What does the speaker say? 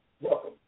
welcome